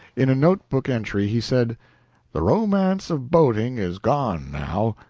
in a note-book entry he said the romance of boating is gone now.